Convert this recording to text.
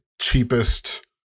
cheapest